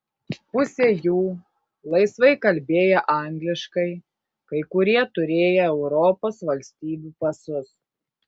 pusė jų laisvai kalbėję angliškai kai kurie turėję europos valstybių pasus